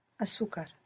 azúcar